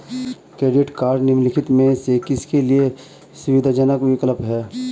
Credit cards निम्नलिखित में से किसके लिए सुविधाजनक विकल्प हैं?